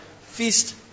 Feast